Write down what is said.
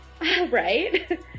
Right